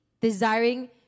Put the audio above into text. desiring